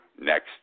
next